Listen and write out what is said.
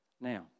Now